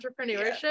entrepreneurship